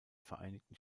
vereinigten